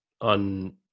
on